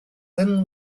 thin